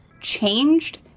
changed